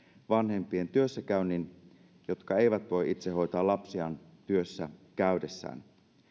vanhempien työssäkäynnin jotka eivät voi itse hoitaa lapsiaan työssä käydessään